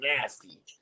nasty